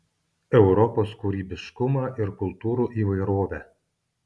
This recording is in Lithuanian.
europos kūrybiškumą ir kultūrų įvairovę